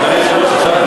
בירכתי אותו בשם כל הבית.